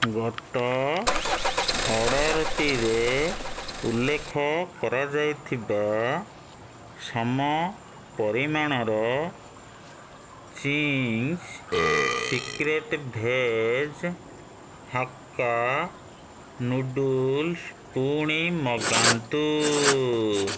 ଗତ ଅର୍ଡ଼ର୍ଟିରେ ଉଲ୍ଲେଖ କରାଯାଇଥିବା ସମ ପରିମାଣର Ching's Secret veg Hakka noodles ପୁଣି ମଗାନ୍ତୁ